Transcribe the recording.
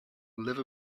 live